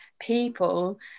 people